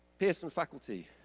pearson faculty,